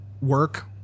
work